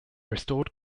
restored